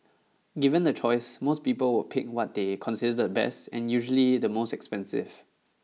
given the choice most people would pick what they consider the best and usually the most expensive